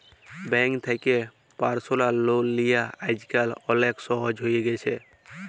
bank থ্যাকে personal loan লিয়া আইজকাল অলেক সহজ হ্যঁয়ে গেছে